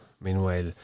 Meanwhile